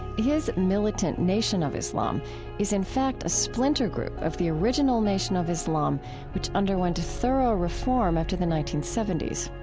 his militant nation of islam is in fact a splinter group of the original nation of islam which underwent a thorough reform after the nineteen seventy s.